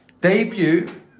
debut